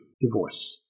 divorce